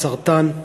מסרטן,